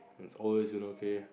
it's always been okay